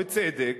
בצדק,